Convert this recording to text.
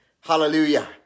Hallelujah